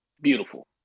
beautiful